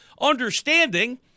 Understanding